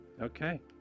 okay